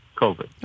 COVID